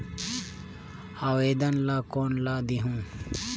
आवेदन ला कोन ला देहुं?